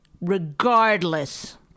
regardless